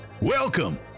welcome